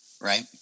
right